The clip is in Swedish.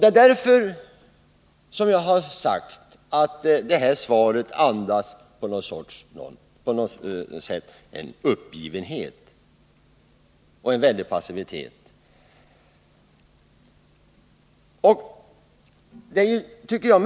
Det är därför som jag har sagt att kravet på något sätt andas uppgivenhet och stor passivitet.